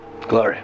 Glory